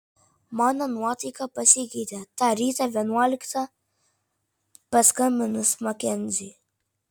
mano nuotaika pasikeitė tą rytą vienuoliktą paskambinus makenziui